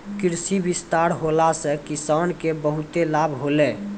कृषि विस्तार होला से किसान के बहुते लाभ होलै